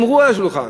הם נאמרו על השולחן.